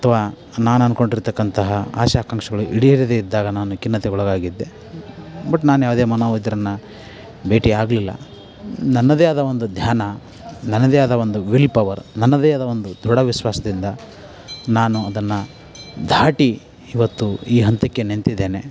ಅಥವಾ ನಾನಂದುಕೊಂಡಿರ್ತಕ್ಕಂತಹ ಆಸೆ ಆಕಾಂಕ್ಷೆಗಳು ಈಡೇರದೆ ಇದ್ದಾಗ ನಾನು ಖಿನ್ನತೆಗೊಳಗಾಗಿದ್ದೆ ಬಟ್ ನಾನು ಯಾವುದೇ ಮನೋವೈದ್ಯರನ್ನು ಭೇಟಿಯಾಗ್ಲಿಲ್ಲ ನನ್ನದೆ ಆದ ಒಂದು ಧ್ಯಾನ ನನ್ನದೆ ಆದ ಒಂದು ವಿಲ್ ಪವರ್ ನನ್ನದೆ ಆದ ಒಂದು ಧೃಡ ವಿಶ್ವಾಸದಿಂದ ನಾನು ಅದನ್ನು ದಾಟಿ ಇವತ್ತು ಈ ಹಂತಕ್ಕೆ ನಿಂತಿದ್ದೇನೆ